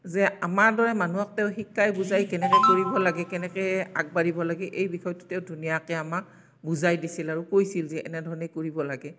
যে আমাৰ দৰে মানুহক তেওঁ শিকাই বুজাই কেনেকৈ কৰিব লাগে কেনেকৈ আগবাঢ়িব লাগে এই বিষয়টো তেওঁ ধুনীয়াকৈ আমাক বুজাই দিছিল আৰু কৈছিল যে এনেধৰণে কৰিব লাগে